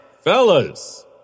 Fellas